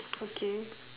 okay